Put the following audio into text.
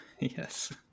Yes